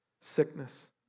sickness